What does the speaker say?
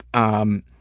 um,